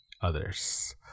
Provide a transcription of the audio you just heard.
others